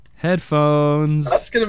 Headphones